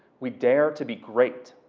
we dare to be great.